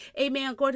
amen